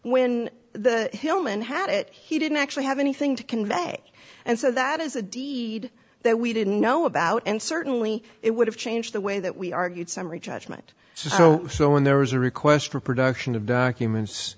when the hilman had it he didn't actually have anything to convey and so that is a deed that we didn't know about and certainly it would have changed the way that we argued summary judgment so so when there was a request for production of documents